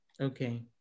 Okay